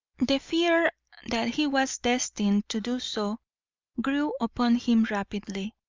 the fear that he was destined to do so grew upon him rapidly,